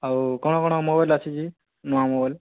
ଆଉ କ'ଣ କ'ଣ ମୋବାଇଲ୍ ଆସିଛି ନୂଆ ମୋବାଇଲ୍